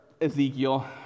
Ezekiel